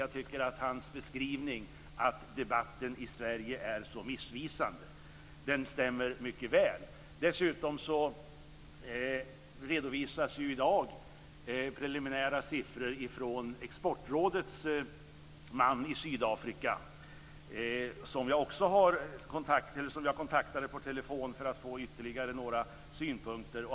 Jag tycker att hans beskrivning, att debatten i Sverige är så missvisande, stämmer mycket väl. Dessutom redovisas i dag preliminära siffror från Exportrådets man i Sydafrika, som jag kontaktade per telefon för att få ytterligare några synpunkter.